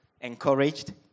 encouraged